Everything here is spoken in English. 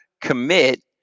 commit